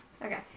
Okay